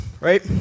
Right